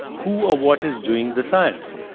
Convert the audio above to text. who or what is doing the science?